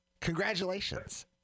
Congratulations